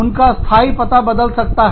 उनका स्थाई पता बदल सकता है